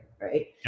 right